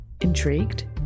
Intrigued